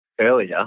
earlier